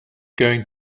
going